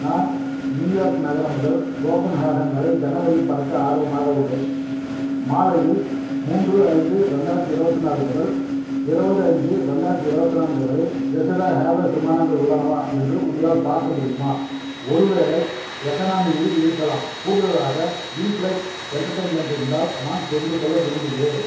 நான் நியூயார்க் நகரம் முதல் கோபன்ஹேகன் வரை ஜனவரியில் பறக்க ஆர்வமாக உள்ளேன் மாலையில் மூன்று ஐந்து ரெண்டாயிரத்தி இருபத்து நாலு முதல் இருபது அஞ்சு ரெண்டாயிரத்தி இருபத்து நான்கு வரை ஜசீரா ஹேர்வேஸ் விமானங்கள் உள்ளனவா என்று உங்களால் பார்க்க முடியுமா ஒருவேளை எக்கனாமி இல் இருக்கலாம் கூடுதலாக இன்ஃப்ளைட் என்டர்டெயின்மெண்ட் இருந்தால் நான் தெரிந்து கொள்ள விரும்புகிறேன்